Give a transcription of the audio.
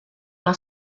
alla